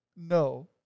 No